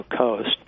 Coast